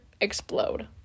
Explode